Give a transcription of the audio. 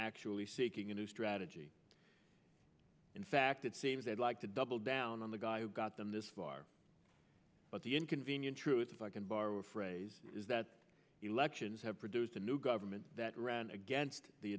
actually seeking a new strategy in fact it seems that like to double down on the guy who got them this far but the inconvenient truth if i can borrow a phrase is that elections have produced a new government that ran against the